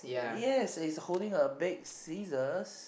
yes it's holding a big scissors